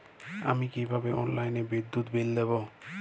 আমি কিভাবে অনলাইনে বিদ্যুৎ বিল দেবো?